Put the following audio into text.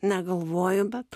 negalvoju bet